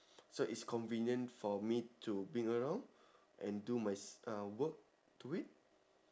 so is convenient for me to bring around and do my s~ uh work to it